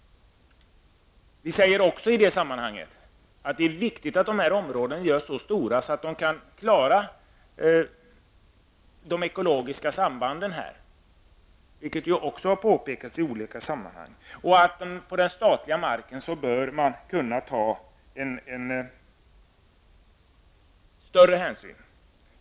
Vi framhåller också i det här sammanhanget att det är viktigt att dessa områden görs så stora att de kan klara de ekologiska sambanden. Det har också påpekats i olika sammanhang. Då kan det gå att ta större hänsyn till den statliga marken.